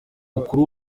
ukuri